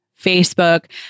Facebook